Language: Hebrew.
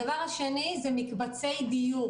הדבר השני זה מקבצי דיור,